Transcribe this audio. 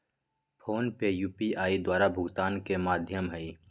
PhonePe UPI द्वारा भुगतान के माध्यम हइ